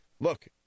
look